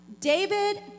david